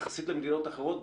יחסית למדינות אחרות,